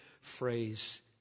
phrase